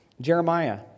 jeremiah